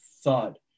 thud